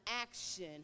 action